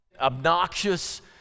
obnoxious